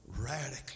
radically